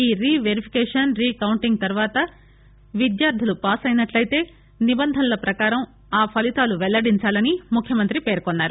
ఈ re verification re counting తర్వాత విద్యార్ది పాసైనట్లయితే నిబంధనల ప్రకారం ఆ ఫలీతాలు పెల్లడించాలని ముఖ్యమంత్రి పేర్కొన్నారు